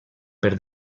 per